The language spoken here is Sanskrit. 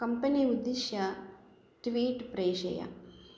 कम्पनी उद्दिश्य ट्वीट् प्रेषय